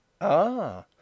Ah